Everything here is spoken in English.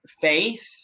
faith